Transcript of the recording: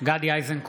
גדי איזנקוט,